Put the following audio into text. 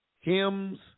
hymns